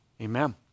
Amen